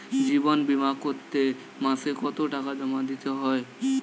জীবন বিমা করতে মাসে কতো টাকা জমা দিতে হয়?